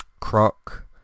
croc